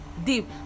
deep